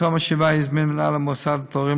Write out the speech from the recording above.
בתום השבעה הזמין מנהל המוסד את ההורים